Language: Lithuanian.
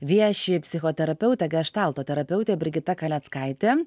vieši psichoterapeutė geštalto terapeutė brigita kaleckaitė